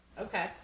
Okay